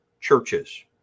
churches